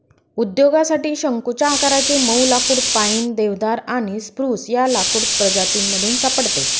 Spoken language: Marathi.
उद्योगासाठी शंकुच्या आकाराचे मऊ लाकुड पाईन, देवदार आणि स्प्रूस या लाकूड प्रजातीमधून सापडते